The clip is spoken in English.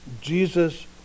Jesus